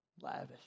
Lavish